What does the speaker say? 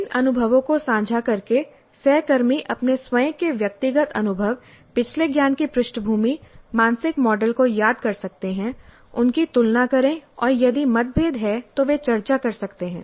इन अनुभवों को साझा करके सहकर्मी अपने स्वयं के व्यक्तिगत अनुभव पिछले ज्ञान की पृष्ठभूमि मानसिक मॉडल को याद कर सकते हैं उनकी तुलना करें और यदि मतभेद हैं तो वे चर्चा कर सकते हैं